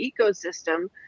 ecosystem